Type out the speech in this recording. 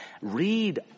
Read